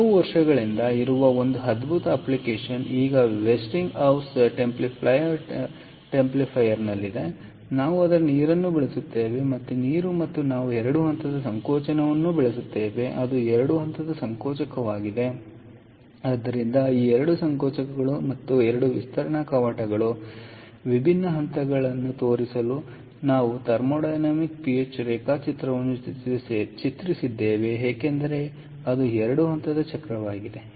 ಹಲವು ವರ್ಷಗಳಿಂದ ಇರುವ ಒಂದು ಅದ್ಭುತ ಅಪ್ಲಿಕೇಶನ್ ಈಗ ವೆಸ್ಟಿಂಗ್ ಹೌಸ್ ಟೆಂಪ್ಲಿಫೈಯರ್ನಲ್ಲಿದೆನಾವು ಅದರ ನೀರನ್ನು ಬಳಸುತ್ತೇವೆ ಮತ್ತೆ ನೀರು ಮತ್ತು ನಾವು 2 ಹಂತದ ಸಂಕೋಚನವನ್ನು ಬಳಸುತ್ತೇವೆ ಅದು 2 ಹಂತದ ಸಂಕೋಚನವಾಗಿದೆ ಆದ್ದರಿಂದ 2 ಸಂಕೋಚಕಗಳು ಮತ್ತು 2 ವಿಸ್ತರಣೆ ಕವಾಟಗಳು ವಿಭಿನ್ನ ಹಂತಗಳನ್ನು ತೋರಿಸಲು ನಾವು ಥರ್ಮೋಡೈನಮಿಕ್ ಪಿಎಚ್ ರೇಖಾಚಿತ್ರವನ್ನು ಚಿತ್ರಿಸಿದ್ದೇವೆ ಏಕೆಂದರೆ ಅದು 2 ಹಂತದ ಚಕ್ರವಾಗಿದೆ